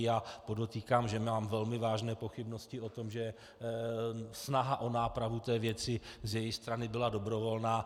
Já podotýkám, že mám velmi vážné pochybnosti o tom, že snaha o nápravu té věci z její strany byla dobrovolná.